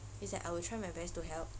it's like I would try my best to help